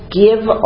give